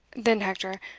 then, hector,